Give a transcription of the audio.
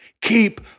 keep